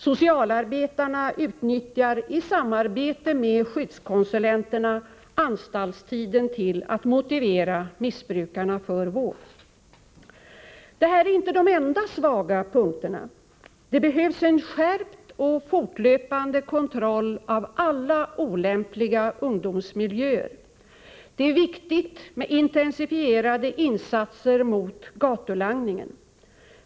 Socialarbetarna utnyttjar i samarbete med skyddskonsulenterna anstaltstiden till att motivera missbrukarna för vård. Det här är inte de enda svaga punkterna. Det behövs en skärpt och fortlöpande kontroll av alla olämpliga ungdomsmiljöer. Det är viktigt med intensifierade insatser mot gatulangningen.